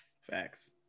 Facts